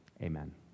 Amen